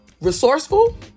resourceful